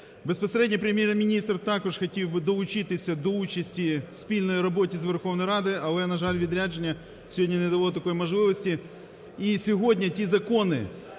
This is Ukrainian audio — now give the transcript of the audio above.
Безпосередньо Прем'єр-міністр також хотів би долучитися до участі в спільній роботі з Верховною Радою, але, на жаль, відрядження сьогодні не дало такої можливості.